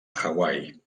hawaii